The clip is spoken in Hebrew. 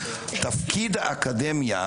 תפקיד האקדמיה,